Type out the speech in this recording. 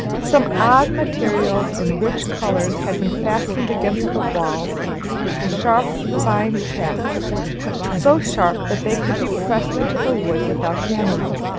some odd materials in rich colors had been fastened against the walls with sharp, fine tacks so sharp that they could be pressed into the wood without hammering.